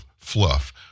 fluff